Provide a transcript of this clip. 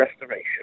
restoration